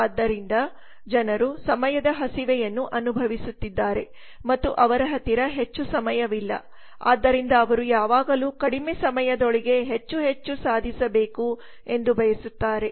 ಆದ್ದರಿಂದ ಜನರು ಸಮಯದ ಹಸಿವೆವನ್ನು ಅನುಭವಿಸುತ್ತಿದ್ದಾರೆ ಮತ್ತು ಅವರ ಹತ್ತಿರ ಹೆಚ್ಚು ಸಮಯವಿಲ್ಲ ಆದ್ದರಿಂದ ಅವರು ಯಾವಾಗಲೂ ಕಡಿಮೆ ಸಮಯದೊಳಗೆ ಹೆಚ್ಚು ಹೆಚ್ಚು ಸಾಧಿಸಬೇಕು ಎಂದು ಬಯಸುತ್ತಾರೆ